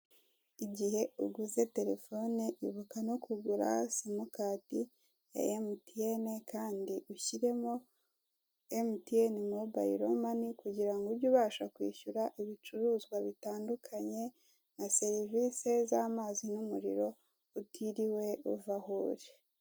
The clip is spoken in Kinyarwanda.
Igihe uguze terefone ibuka no kigira simukadi ya MTN kandi ushiremo MTN mobayiro mani kugira ngo uge ubasha kwishyura ibicuruzwa bitandukanye na serivise z'amazi n'umuriro utiriwe uva aho uri.